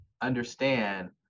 understand